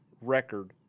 record